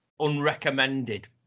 unrecommended